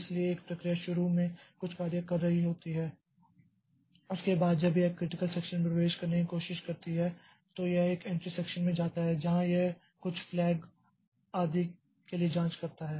इसलिए एक प्रक्रिया शुरू में कुछ कार्य कर रही होती हैं उसके बाद जब यह क्रिटिकल सेक्षन में प्रवेश करने की कोशिश करती हैं तो यह एक एंट्री सेक्षन में जाता है जहां यह कुछ फ्लैग आदि के लिए जांच करता है